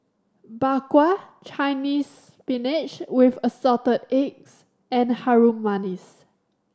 Bak Kwa Chinese Spinach with Assorted Eggs and Harum Manis